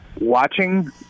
Watching